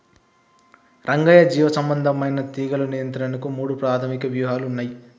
రంగయ్య జీవసంబంధమైన తీగలు నియంత్రణకు మూడు ప్రాధమిక వ్యూహాలు ఉన్నయి